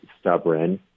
stubborn